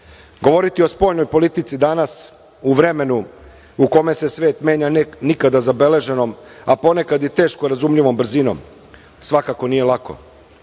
o spoljnoj politici danas u vremenu u kome se svet menja, nikada zabeleženom, a ponekad i teško razumljivom brzinom, svakako nije lako.